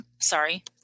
sorry